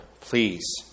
please